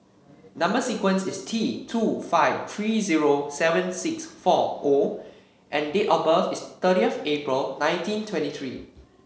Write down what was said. number sequence is T two five three zero seven six four O and date of birth is thirtieth April nineteen twenty three